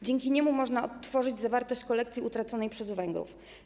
Dzięki niemu można odtworzyć zawartość kolekcji utraconej przez Węgrów.